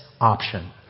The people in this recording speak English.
option